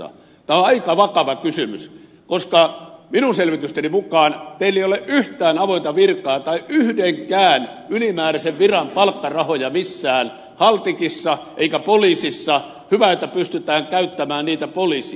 tämä on aika vakava kysymys koska minun selvitysteni mukaan teillä ei ole yhtään avointa virkaa tai yhdenkään ylimääräisen viran palkkarahoja missään haltikissa eikä poliisissa hyvä että pystytään käyttämään niitä poliisiin